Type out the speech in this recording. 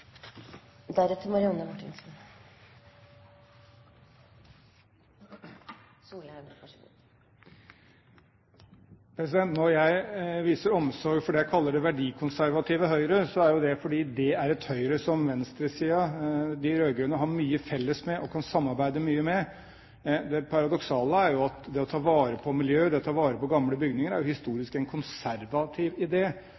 det fordi det er et Høyre som venstresiden, de rød-grønne, har mye til felles med og kan samarbeide mye med. Det paradoksale er at det å ta vare på miljø, det å ta vare på gamle bygninger, historisk er